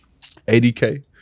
80k